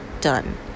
done